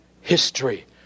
history